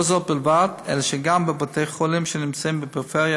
לא זו בלבד אלא שגם בבתי חולים שנמצאים בפריפריה